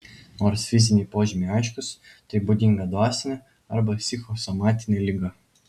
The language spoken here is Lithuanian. nors fiziniai požymiai aiškūs tai būdinga dvasinė arba psichosomatinė liga